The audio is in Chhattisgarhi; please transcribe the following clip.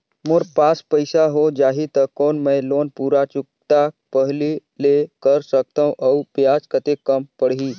मोर पास पईसा हो जाही त कौन मैं लोन पूरा चुकता पहली ले कर सकथव अउ ब्याज कतेक कम पड़ही?